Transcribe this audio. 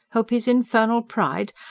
help his infernal pride?